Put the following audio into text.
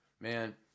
Man